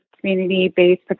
community-based